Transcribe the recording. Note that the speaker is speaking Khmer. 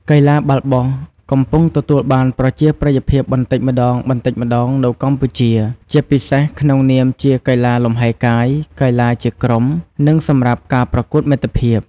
កីឡាបាល់បោះកំពុងទទួលបានប្រជាប្រិយភាពបន្តិចម្តងៗនៅកម្ពុជា ជាពិសេសក្នុងនាមជាកីឡាលំហែកាយ កីឡាជាក្រុម និងសម្រាប់ការប្រកួតមិត្តភាព។